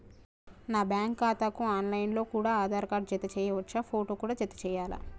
నా బ్యాంకు ఖాతాకు online లో కూడా ఆధార్ కార్డు జత చేయవచ్చా ఫోటో కూడా జత చేయాలా?